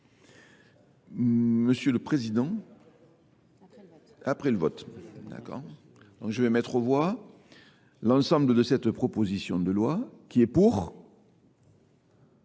Monsieur le Président, après le vote, d'accord, je vais mettre au voie l'ensemble de cette proposition de loi qui est pour